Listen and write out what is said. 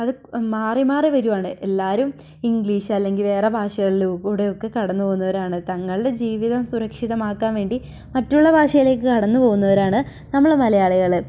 അത് മാറി മാറി വരുവാണ് എല്ലാവരും ഇംഗ്ലീഷ് അല്ലെങ്കിൽ വേറെ ഭാഷകളിൽ കൂടെ ഒക്കെ കടന്ന് പോകുന്നവരാണ് തങ്ങളുടെ ജീവിതം സുരക്ഷിതമാക്കാൻ വേണ്ടി മറ്റുള്ള ഭാഷകളികളിലേക്ക് കടന്ന് പോകുന്നവരാണ് നമ്മൾ മലയാളികൾ